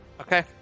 Okay